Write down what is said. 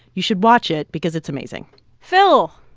you should watch it because it's amazing phil,